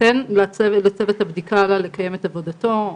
תן לצוות הבדיקה לקיים את עבודתו.